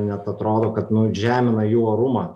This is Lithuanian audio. net atrodo kad nu žemina jų orumą